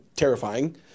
terrifying